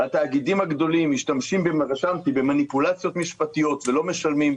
התאגידים הגדולים משתמשים --- במניפולציות משפטיות ולא משלמים?